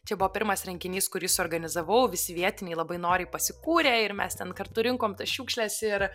čia buvo pirmas renginys kurį suorganizavau visi vietiniai labai noriai pasi kūrė ir mes ten kartu rinkom tas šiukšles ir